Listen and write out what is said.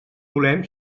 volem